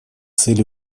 цели